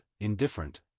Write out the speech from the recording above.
indifferent